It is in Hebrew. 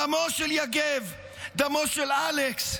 דמו של יגב, דמו של אלכס,